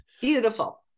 Beautiful